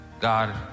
God